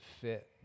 fit